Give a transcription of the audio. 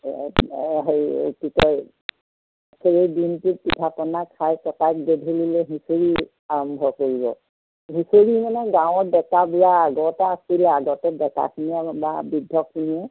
হেৰি কি কয় গোটেই দিনটো পিঠা পনা খাই কটায় গধূলিলৈ হুঁচৰি আৰম্ভ কৰিব হুঁচৰি মানে গাঁৱৰ ডেকা বুঢ়া আগতে আছিলে আগতে ডেকাখিনিয়ে বা বৃদ্ধখিনিয়ে